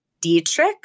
Dietrich